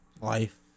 Life